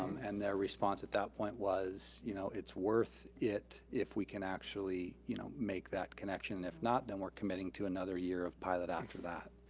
and their response at that point was, you know it's worth it if we can actually you know make that connection. if not, then we're committing to another year of pilot after that.